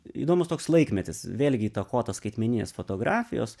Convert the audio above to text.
įdomus toks laikmetis vėlgi įtakotas skaitmeninės fotografijos